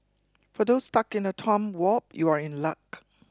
for those stuck in a time warp you are in luck